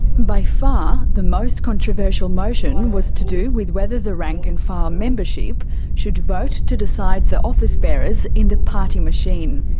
by far, the most controversial motion was to do with whether the rank-and-file membership should vote to decide the office bearers in the party machine.